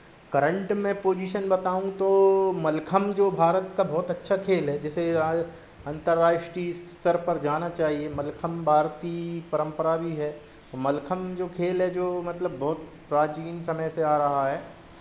current में position बताऊँ तो मलखम्भ जो भारत का बहुत अच्छा खेल है जिसे राज्य अंतर्राष्ट्रीय स्तर पर जाना चाहिए मलखम्भ भारतीय परम्परा भी है मलखम्भ जो खेल है जो मतलब बहुत प्राचीन समय से आ रहा है